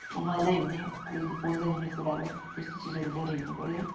उमाल्दै हुने अलिकति पोल्दै हुने कुराहरू त्यस्तो चिजहरू लिएर हिँड्नुपर्यो है